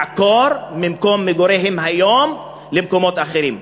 לעקור ממקום מגוריהם היום למקומות אחרים.